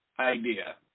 Idea